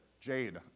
Jade